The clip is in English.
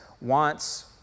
wants